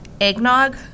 eggnog